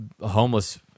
homeless